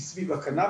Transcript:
היא סביב הקנביס,